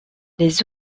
les